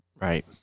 Right